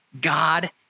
God